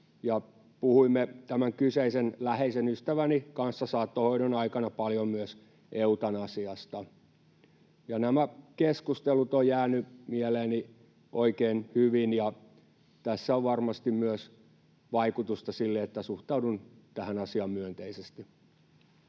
puhuimme tämän kyseisen läheisen ystäväni kanssa saattohoidon aikana paljon myös eutanasiasta. Nämä keskustelut ovat jääneet mieleeni oikein hyvin, ja tällä on varmasti myös vaikutusta siihen, että suhtaudun tähän asiaan myönteisesti.